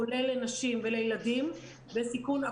כולל לנשים ולילדים בסיכון,